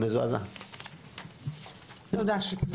תודה, שיקלי.